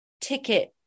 ticket